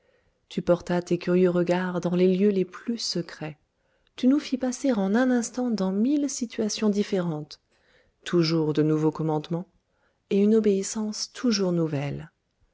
tu portas tes curieux regards dans les lieux les plus secrets tu nous fis passer en un instant dans mille situations différentes toujours de nouveaux commandements et une obéissance toujours nouvelle